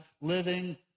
living